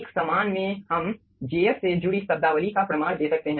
एक समान में हम jf से जुड़ी शब्दावली का प्रमाण दे सकते हैं